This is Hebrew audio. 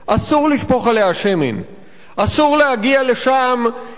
אסור להגיע לשם עם ביטויי הסתה,